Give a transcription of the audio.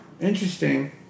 interesting